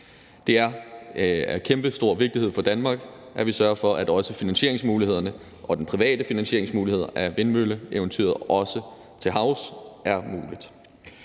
Det er af kæmpestor vigtighed for Danmark, at vi sørger for, at også finansieringsmulighederne og de private finansieringsmuligheder af vindmølleeventyret, også til havs, er mulige.